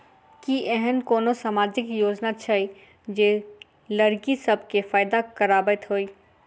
की एहेन कोनो सामाजिक योजना छै जे लड़की सब केँ फैदा कराबैत होइ?